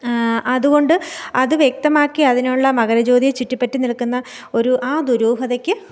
അതുകൊണ്ട് അത് വ്യക്തമാക്കി അതിനുള്ള മകരജ്യോതിയെ ചുറ്റിപറ്റി നിൽക്കുന്ന ഒരു ആ ദുരൂഹതയ്ക്ക്